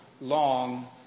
long